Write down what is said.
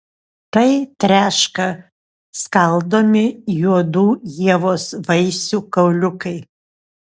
tai treška skaldomi juodų ievos vaisių kauliukai